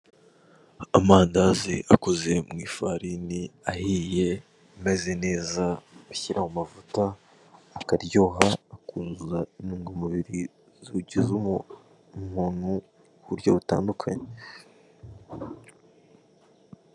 Amandazi akoze mu ifarini ahiye ameze neza, bashyira mu mavuta akaryoha akuzuza intungamubiri zigize umuntu ku buryo butandukanye.